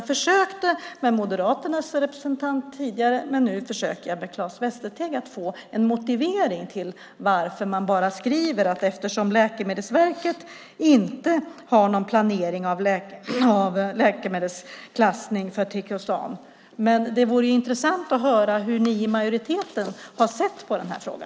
Jag försökte med Moderaternas representant tidigare, och nu försöker jag få Claes Västerteg att ge en motivering till varför man bara skriver att Läkemedelsverket inte har någon planering av läkemedelklassning för triklosan. Det vore intressant att höra hur majoriteten sett på denna fråga.